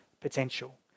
potential